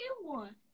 one